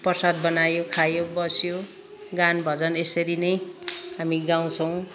प्रसाद बनायो खायो बस्यो गान भजन यसरी नै हामी गाउँछौँ